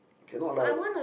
cannot lah